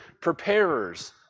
preparers